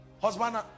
husband